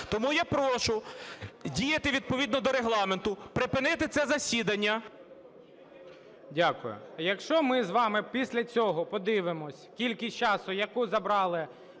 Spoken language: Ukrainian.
Тому я прошу діяти відповідно до Регламенту, припинити це засідання… ГОЛОВУЮЧИЙ. Дякую. Якщо ми з вами після цього подивимось кількість часу, яку забрали